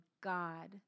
God